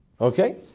Okay